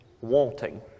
wanting